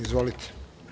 Izvolite.